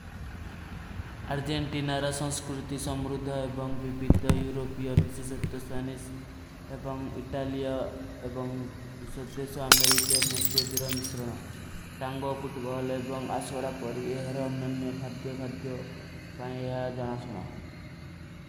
ଅର୍ଜେଂଟୀନ ଔର ସଂସ୍କୃତି ସମ୍ରୁଦ୍ଧ ଏବଂଗ ଵିପିଦ୍ଧ ଯୂରୋପିଯ ଵିଶିଷତ୍ତ ସ୍ଵୈନେଶ ଏବଂଗ ଇଟାଲିଯା। ଏବଂଗ ସ୍ଵଧେଶ ଅମେରିକୀ ଔର ସଂସ୍କୃତି ରା ମିଶ୍ରଣ ତାଂଗଵ କୁଟ୍ବାଲ ଏବଂଗ ଆଶ୍ଵଡା ପରୀ। ଏହରା ଅନନ୍ଯ ଖାଦ୍ଦ୍ଯୋ ଖାଦ୍ଦ୍ଯୋ ପା ଆଶ୍ଵଡା ପରୀ ଏହରା ଅନନ୍ଯ ଖାଦ୍ଦ୍ଯୋ ଖାଦ୍ଦ୍ଯୋ ଖାଦ୍ଦ୍ଯୋ ପା।